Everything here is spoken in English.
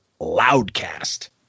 Loudcast